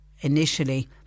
initially